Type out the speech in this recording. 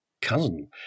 cousin